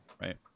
right